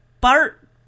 Bart